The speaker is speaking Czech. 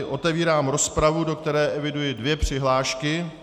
Otevírám tedy rozpravu, do které eviduji dvě přihlášky.